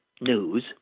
news